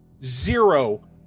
Zero